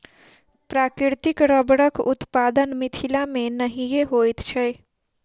प्राकृतिक रबड़क उत्पादन मिथिला मे नहिये होइत छै